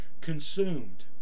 consumed